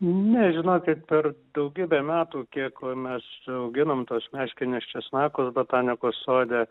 ne žinokit per daugybę metų kiek mes auginam tuos meškinius česnakus botanikos sode